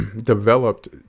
developed